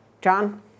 John